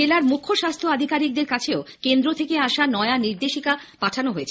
জেলার মুখ্য স্বাস্থ্য আধিকারিকদের কাছেও কেন্দ্র থেকে আসা নয়া নির্দেশ পাঠানো হচ্ছে